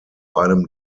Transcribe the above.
einem